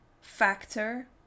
factor